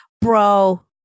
bro